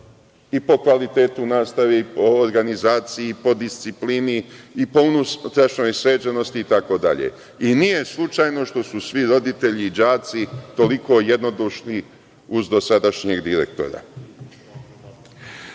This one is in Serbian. i po kvalitetu nastave, i po organizaciji, i po disciplini, i po unutrašnjoj sređenosti itd. Nije slučajno što su svi roditelji i đaci toliko jednodušni uz dosadašnjeg direktora. Jedan